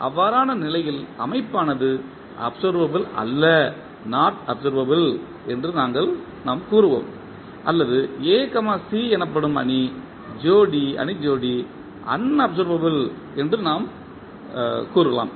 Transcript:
அவ்வாறான நிலையில் அமைப்பானது அப்சர்வபில் அல்ல என்று நாங்கள் கூறுவோம் அல்லது A C எனப்படும் அணி ஜோடி அன்அப்சர்வபில் என்று நாம் கூறலாம்